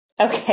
Okay